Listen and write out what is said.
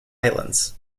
islands